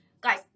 Guys